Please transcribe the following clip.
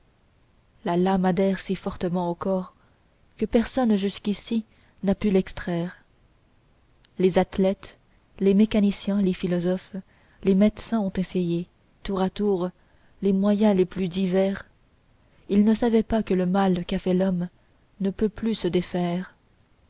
la lame adhère si fortement au corps que personne jusqu'ici n'a pu l'extraire les athlètes les mécaniciens les philosophes les médecins ont essayé tour à tour les moyens les plus divers ils ne savaient pas que le mal qu'a fait l'homme ne peut plus se défaire